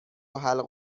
حلق